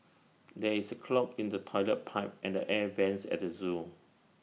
there is A clog in the Toilet Pipe and the air Vents at the Zoo